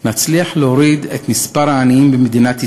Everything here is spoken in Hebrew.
נצליח להוריד את מספר העניים במדינת ישראל,